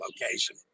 location